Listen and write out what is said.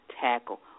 tackle